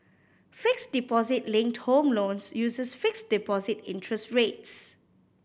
fixed deposit linked home loans uses fixed deposit interest rates